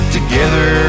Together